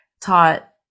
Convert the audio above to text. taught